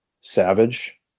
Savage